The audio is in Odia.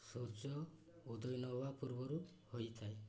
ସୂର୍ଯ୍ୟ ଉଦୟ ନ ହେବା ପୂର୍ବରୁ ହୋଇଥାଏ